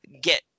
get